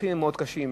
הניסוחים מאוד קשים.